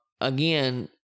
again